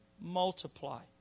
multiply